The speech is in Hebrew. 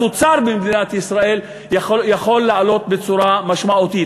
התוצר במדינת ישראל יכול לעלות בצורה משמעותית.